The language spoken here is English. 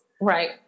Right